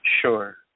Sure